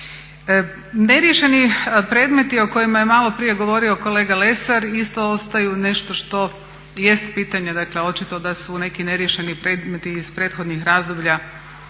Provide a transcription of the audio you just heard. Neriješeni predmeti o kojima je maloprije govorio kolega Lesar isto ostaju nešto što jest pitanje, dakle očito da su neki neriješeni predmeti iz prethodnih razdoblja